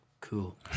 cool